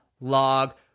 Log